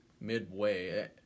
midway